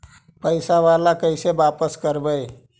पैसा बाला कैसे बापस करबय?